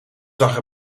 zag